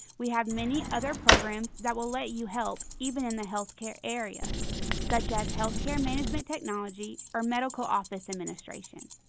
we have many other programs that will let you help even in the health care area such as healthcare management technology or medical office administration.